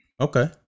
Okay